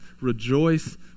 rejoice